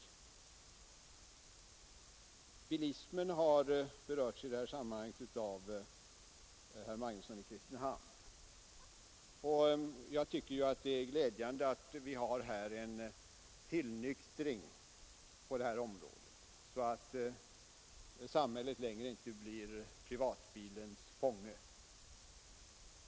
Bilismen har berörts i det här sammanhanget av herr Magnusson i Kristinehamn. Jag tycker det är glädjande att en tillnyktring skett på detta område, så att samhället inte längre blir privatbilens fånge.